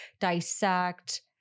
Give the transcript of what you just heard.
dissect